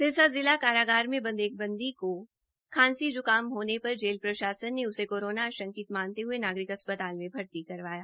सिरसा जिला कारागार में बंद एक बंदी को खांसी जुकाम होने पर जेल प्रशासन ने उसे कोरोना आशंकित मानते हुए नागरिक अस्पताल में भर्ती करवाया